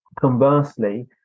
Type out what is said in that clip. conversely